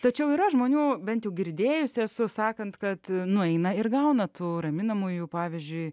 tačiau yra žmonių bent girdėjusi sakant kad nueina ir gauna tų raminamųjų pavyzdžiui